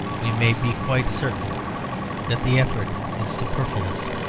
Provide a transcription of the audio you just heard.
we may be quite certain that the effort is superfluous.